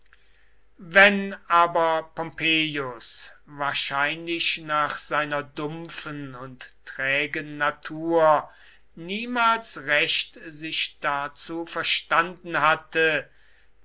wenn aber pompeius wahrscheinlich nach seiner dumpfen und trägen natur niemals recht sich dazu verstanden hatte